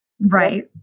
Right